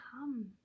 come